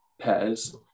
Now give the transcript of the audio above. pairs